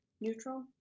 Neutral